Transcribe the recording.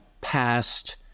past